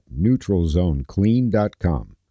NeutralZoneClean.com